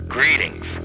Greetings